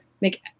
make